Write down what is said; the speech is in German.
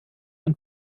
und